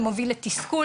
זה מוביל לתסכול,